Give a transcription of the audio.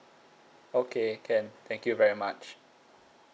okay can thank you very much